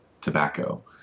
tobacco